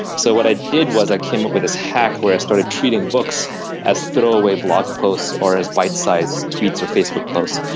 so what i did was i came up with this hack where i started treating books as throwaway blog posts or as bite sized tweets or facebook posts,